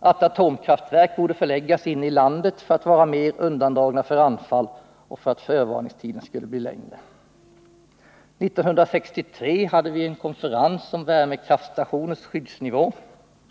”att atomkraftverk borde förläggas inne i landet för att vara mera undandragna för anfall och för att förvarningstiderna skulle bli längre”. I november 1963 hade vi en konferens om värmekraftstationers skyddsnivå.